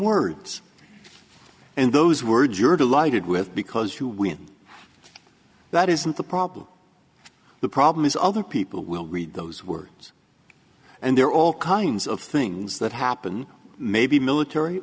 words and those words you're delighted with because you when that isn't the problem the problem is other people will read those words and there are all kinds of things that happen maybe military